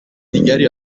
دیگری